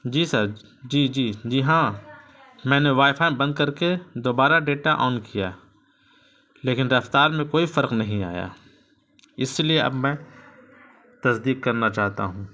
جی sir جی جی جی ہاں میں نے وائی فائی بند کر کے دوبارہ ڈیٹا آن کیا لیکن رفتار میں کوئی فرق نہیں آیا اس لیے اب میں تصدیق کرنا چاہتا ہوں